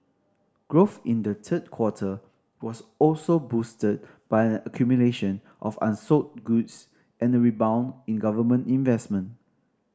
growth in the third quarter was also boosted by an accumulation of unsold goods and a rebound in government investment